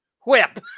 whip